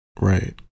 Right